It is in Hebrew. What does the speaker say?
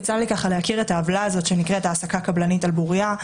יצא לי להכיר את העוולה הזאת שנקראת "העסקה קבלנית" על בוריה,